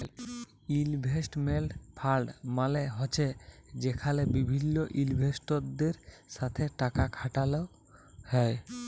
investment fund মালে হছে যেখালে বিভিল্ল ইলভেস্টরদের সাথে টাকা খাটালো হ্যয়